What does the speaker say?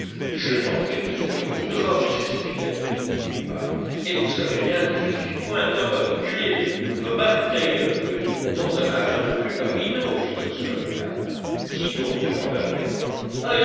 je tenterai tout ce que l'on voudra monsieur spilett répondit le marin et vous savez bien que je ne suis point homme à reculer remarque d'ailleurs que nous comptons un marin de plus parmi nous fit observer nab qui donc demanda